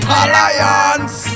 alliance